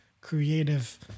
creative